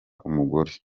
umugore